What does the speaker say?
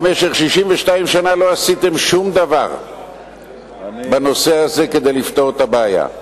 במשך 62 שנה לא עשיתם שום דבר בנושא הזה כדי לפתור את הבעיה.